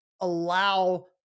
allow